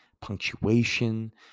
punctuation